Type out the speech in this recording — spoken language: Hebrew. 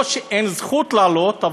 שאין זכות לעלות.